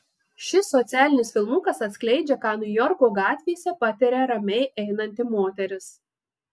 šis socialinis filmukas atskleidžia ką niujorko gatvėse patiria ramiai einanti moteris